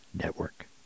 Network